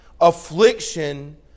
affliction